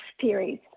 theories